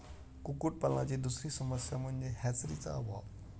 कुक्कुटपालनाची दुसरी समस्या म्हणजे हॅचरीचा अभाव